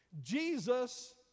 Jesus